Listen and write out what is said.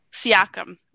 Siakam